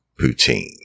Poutine